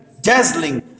dazzling